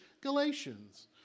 Galatians